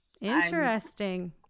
Interesting